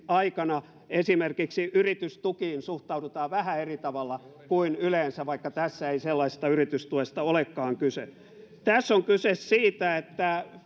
aikana esimerkiksi yritystukiin suhtaudutaan vähän eri tavalla kuin yleensä vaikka tässä ei sellaisesta yritystuesta olekaan kyse tässä on kyse siitä että